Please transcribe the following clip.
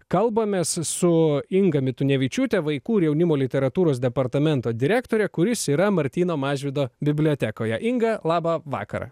kalbamės su inga mitunevičiūte vaikų ir jaunimo literatūros departamento direktore kuris yra martyno mažvydo bibliotekoje inga labą vakarą